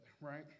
right